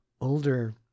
older